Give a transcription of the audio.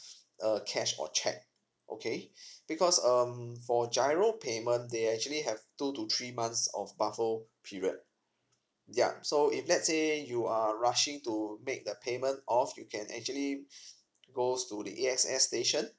uh cash or cheque okay because um for giro payment they actually have two to three months of buffer period yea so if let's say you are rushing to make the payment off you can actually goes to the A X S station